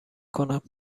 کنم